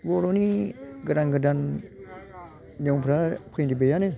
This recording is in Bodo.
बर'नि गोदान गोदान नियमफ्रा फैबायानो